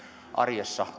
arjessa